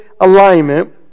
alignment